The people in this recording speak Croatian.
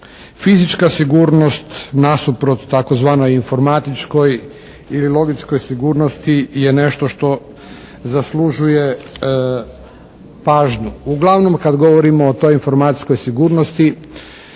Fizička sigurnost nasuprot tzv. informatičkoj ili logičkoj sigurnosti je nešto što zaslužuje pažnju. Uglavnom kad govorimo o toj informacijskoj sigurnosti